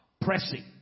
Pressing